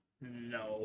no